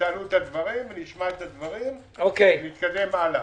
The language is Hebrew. תעלו את הדברים, נשמע אותם ונתקדם הלאה.